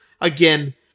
again